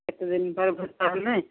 କେତେ ଦିନ ପରେ ଭେଟ ହେଲେ